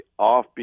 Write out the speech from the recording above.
offbeat